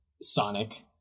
Sonic